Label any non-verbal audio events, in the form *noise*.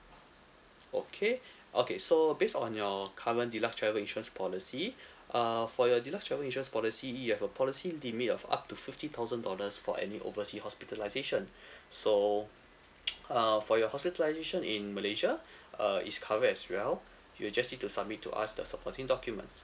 okay okay so based on your current deluxe travel insurance policy uh for your deluxe travel insurance policy you have a policy limit of up to fifty thousand dollars for any oversea hospitalisation so *noise* uh for your hospitalisation in malaysia uh is covered as well you just need to submit to us the supporting documents